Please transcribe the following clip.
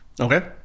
Okay